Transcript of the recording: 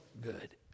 good